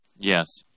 Yes